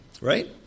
Right